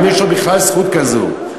אם יש לו בכלל זכות כזו,